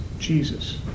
Jesus